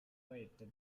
wet